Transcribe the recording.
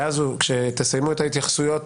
כשתסיימו את ההתייחסויות,